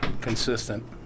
consistent